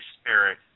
Spirit